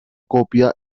copia